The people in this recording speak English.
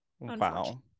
wow